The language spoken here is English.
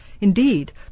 Indeed